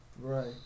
Right